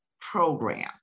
program